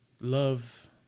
love